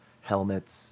helmets